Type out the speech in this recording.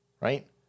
right